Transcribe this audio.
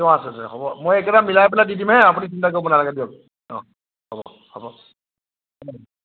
তিঁহয় আছে আছে হ'ব মই এইকেইটা মিলাই পেলাই দি দিম হা আপুনি চিন্তা কৰিব নালাগে দিয়ক অঁ হ'ব হ'ব